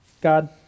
God